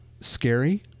scary